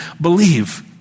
believe